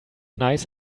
nice